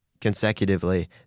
consecutively